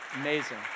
Amazing